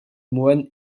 moine